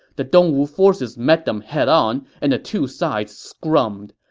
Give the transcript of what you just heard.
the dongwu forces met them head on and the two sides scrummed.